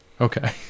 Okay